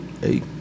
Hey